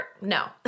no